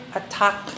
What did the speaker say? attack